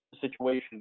situation